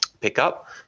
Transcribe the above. pickup